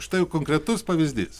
štai jau konkretus pavyzdys